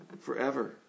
forever